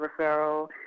referral